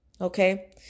okay